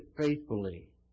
faithfully